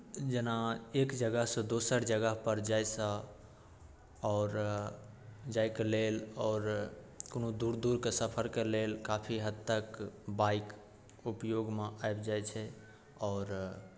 जेना एक जगहसँ दोसर जगह जाइसँ आओर जायके लेल आओर कोनो दूर दूरके सफरके लेल काफी हद तक बाइक उपयोगमे आबि जाइत छै आओर